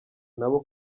nabo